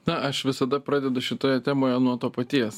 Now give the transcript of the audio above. na aš visada pradedu šitoje temoje nuo to paties